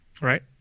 right